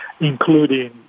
including